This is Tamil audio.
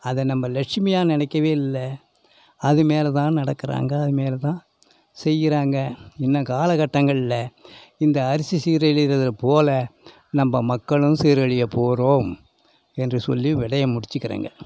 அதை நம்ப லக்ஷிமியா நினைக்கவே இல்லை அதுமேலேதான் நடக்குறாங்க அதுமேலேதான் செய்யறாங்க இன்னும் காலக்கட்டங்களில் இந்த அரிசி சீரழியிறது போல் நம்ப மக்களும் சீரழிய போகறோம் என்று சொல்லி விடைய முடிச்சிக்கிறேங்க